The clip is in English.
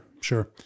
Sure